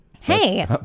Hey